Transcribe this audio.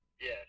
Yes